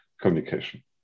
communication